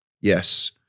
yes